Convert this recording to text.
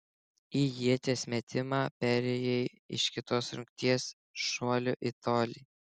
į ieties metimą perėjai iš kitos rungties šuolių į tolį